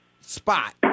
spot